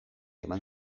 eman